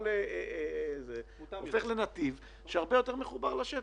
הוא הופך לנתיב שהרבה יותר מחובר לשטח.